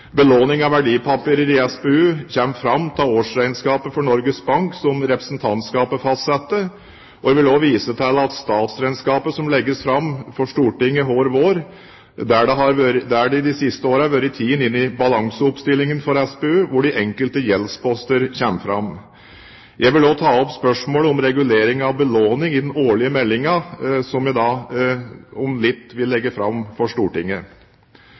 Belåning av verdipapirer i SPU kommer fram av årsregnskapet for Norges Bank, som representantskapet fastsetter. Jeg vil også vise til statsregnskapet, som legges fram for Stortinget hver vår, der det i de siste årene har vært tatt inn i balanseoppstillingen for SPU hvor de enkelte gjeldsposter kommer fram. Jeg vil også ta opp spørsmålet om regulering av belåning i den årlige meldingen som jeg om litt vil legge fram for Stortinget.